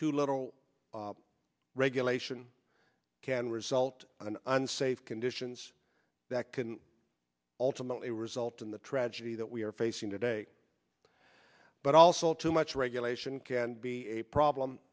too little regulation can result in an unsafe conditions that can ultimately result in the tragedy that we are facing today but also too much regulation can be a problem